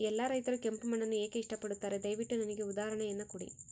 ಎಲ್ಲಾ ರೈತರು ಕೆಂಪು ಮಣ್ಣನ್ನು ಏಕೆ ಇಷ್ಟಪಡುತ್ತಾರೆ ದಯವಿಟ್ಟು ನನಗೆ ಉದಾಹರಣೆಯನ್ನ ಕೊಡಿ?